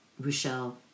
Rochelle